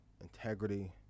integrity